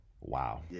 Wow